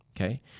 okay